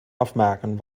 afmaken